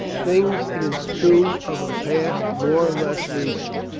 things it is true of a past more or less recent,